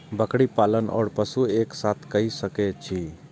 बकरी पालन ओर पशु एक साथ कई सके छी?